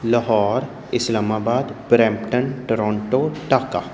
Lahore Islamabad Brampton Toronto Dhaka